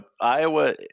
Iowa